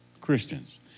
Christians